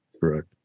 Correct